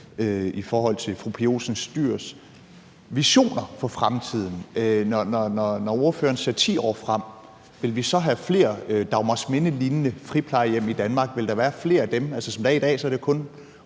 i forhold til fru Pia Olsen Dyhrs visioner for fremtiden: Når ordføreren ser 10 år frem, vil vi så have flere Dagmarsmindelignende friplejehjem i Danmark? Vil der være flere af dem? Som det er i dag, er det kun